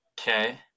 Okay